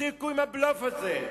תפסיקו עם הבלוף הזה.